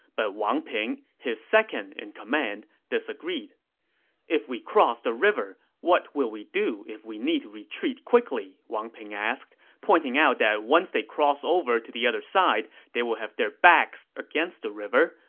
but wang ping, his second in command, disagreed if we cross the river, what will we do if we need to retreat quickly? wang ping asked, pointing out that once they cross over to the other side, they will have their backs against the river,